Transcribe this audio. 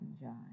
John